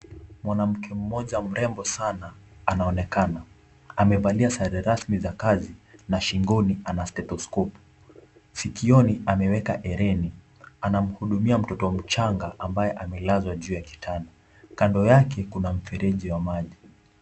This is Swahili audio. Mwanamke mmoja mrembo sana anaonekana. Amevalia sare rasmi za kazi na shingoni ana stethoskopu. Sikioni ameweka hereni. Anamhudumia mtoto mchanga ambaye amelazwa juu ya kitanda. Kando yake kuna mfereji wa maji.